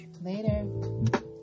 Later